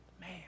Man